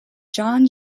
john